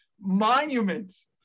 monuments